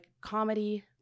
comedy